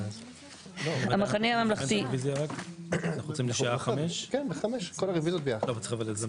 של "המחנה הממלכתי", אוקיי.